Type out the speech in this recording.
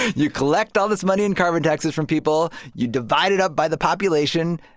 you collect all this money in carbon taxes from people, you divide it up by the population,